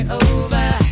over